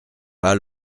pas